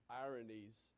ironies